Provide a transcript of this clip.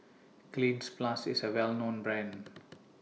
Cleanz Plus IS A Well known Brand